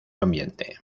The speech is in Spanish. ambiente